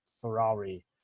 Ferrari